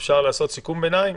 סיכום ביניים,